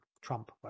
Trump